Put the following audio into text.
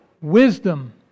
wisdom